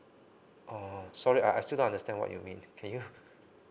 oh sorry I I still not understand what you mean can you